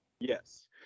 Yes